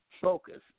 focus